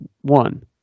one